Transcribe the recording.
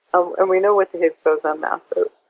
ah and we know what the higgs boson um mass but is.